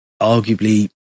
arguably